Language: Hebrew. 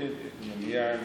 להוריד את מניין